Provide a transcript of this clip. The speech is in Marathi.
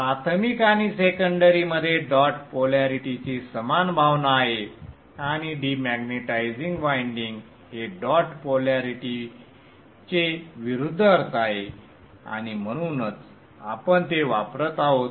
प्राथमिक आणि सेकंडरी मध्ये डॉट पोलॅरिटीची समान भावना आहे आणि डिमॅग्नेटिझिंग वायंडिंग हे डॉट पोलॅरिटीचे विरुद्ध अर्थ आहे आणि म्हणूनच आपण ते वापरत आहोत